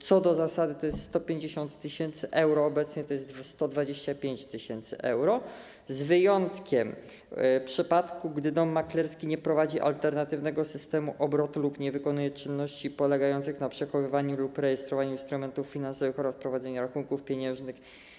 Co do zasady to jest 150 tys. euro, obecnie to jest 125 tys. euro, z wyjątkiem przypadku, gdy dom maklerski nie prowadzi alternatywnego systemu obrotu lub nie wykonuje czynności polegających na przechowywaniu lub rejestrowaniu instrumentów finansowych oraz prowadzeniu rachunków pieniężnych.